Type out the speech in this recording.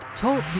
Talk